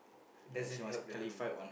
doesn't help the group